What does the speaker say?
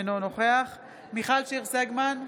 אינו נוכח מיכל שיר סגמן,